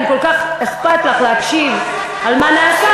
אם כל כך אכפת לך להקשיב לְמה נעשה,